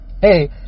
Hey